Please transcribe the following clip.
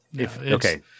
Okay